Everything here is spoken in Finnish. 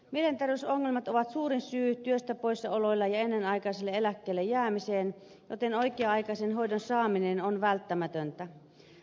mielenterveysongelmat ovat suurin syy työstä poissaoloille ja ennenaikaiselle eläkkeelle jäämiselle joten oikea aikaisen hoidon saaminen on välttämätöntä